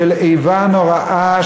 של איבה נוראה,